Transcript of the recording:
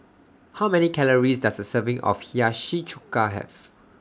How Many Calories Does A Serving of Hiyashi Chuka Have